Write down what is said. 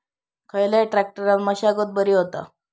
खयल्या ट्रॅक्टरान मशागत बरी होता?